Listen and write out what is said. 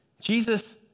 Jesus